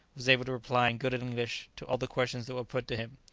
was able to reply in good english to all the questions that were put to him.